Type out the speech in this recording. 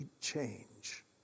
change